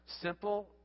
Simple